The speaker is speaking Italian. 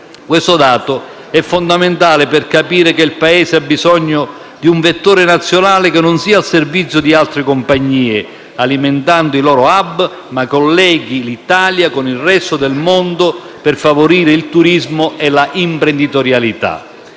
Questo dato è fondamentale per capire che il Paese ha bisogno di un vettore nazionale che non sia al servizio di altre compagnie alimentando i loro *hub*, ma colleghi l'Italia con il resto del mondo per favorire il turismo e l'imprenditorialità.